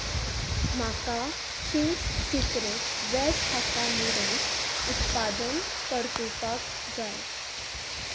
म्हाका Ching's secret veg hakka noodles उत्पादन परतुपाक जाय